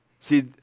See